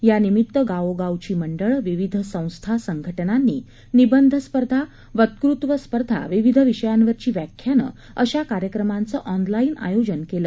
यानिमित्त गावोगावची मंडळं विविध संस्था संघज्ञानी निबंध स्पर्धा वक्तृत्व स्पर्धा विविध विषयांवरची व्याख्यानं अशा कार्यक्रमाचं ऑनलाईन आयोजन केलं